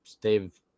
Dave